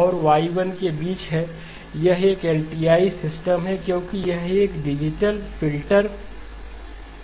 और Y1 n के बीच है यह एक LTI सिस्टम है क्योंकि यह एक डिजिटल फिल्टर है